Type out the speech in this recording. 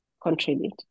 contribute